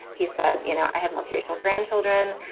he said, you know, i have multiracial grandchildren.